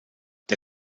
der